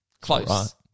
Close